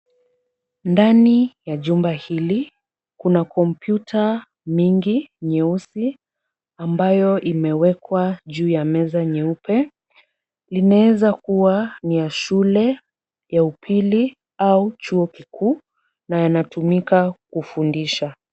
Ndani ya jumba hili kuna kompyuta mingi nyuesi, ambayo imewekwa juu ya meza nyeupe, inaweza kuwa ni ya shule ya upili au chuo kikuu, na inatumika kufundisha.